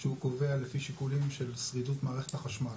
שהוא קובע לפי שיקולים של שרידות מערכת החשמל,